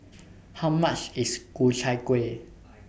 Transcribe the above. How much IS Ku Chai Kuih